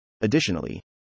Additionally